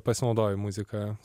pasinaudoju muzika